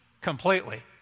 completely